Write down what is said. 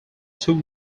two